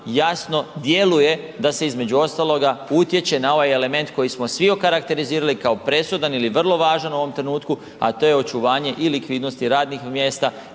jasno djeluje da se između ostaloga utječe na ovaj element koji smo svi okarakterizirali kao presudan ili vrlo važan u ovom trenutku, a to je očuvanje i likvidnost i radnih mjesta